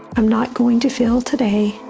i'm not going to feel today.